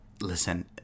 listen